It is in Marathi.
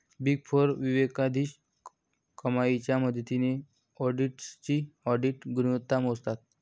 बिग फोर विवेकाधीन कमाईच्या मदतीने ऑडिटर्सची ऑडिट गुणवत्ता मोजतात